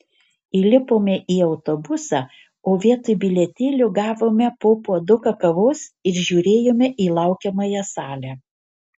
įlipome į autobusą o vietoj bilietėlio gavome po puoduką kavos ir žiūrėjome į laukiamąją salę